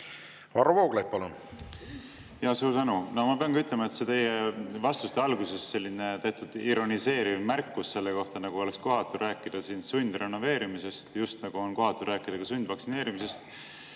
Varro Vooglaid, palun! Suur tänu! Ma pean ütlema, et teie vastuste alguses selline teatud ironiseeriv märkus selle kohta, nagu oleks kohatu rääkida siin sundrenoveerimisest, nagu oleks kohatu rääkida ka sundvaktsineerimisest,